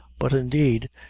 but, indeed,